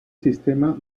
sistema